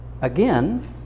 Again